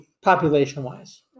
Population-wise